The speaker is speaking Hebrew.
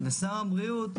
ושר הבריאות,